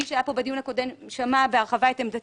מי שהיה פה בדיון הקודם שמע את עמדתי